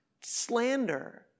slander